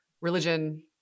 religion